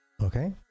Okay